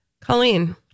Colleen